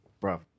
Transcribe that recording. Bro